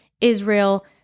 Israel